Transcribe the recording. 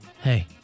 Hey